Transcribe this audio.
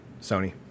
sony